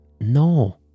No